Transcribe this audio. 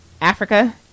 Africa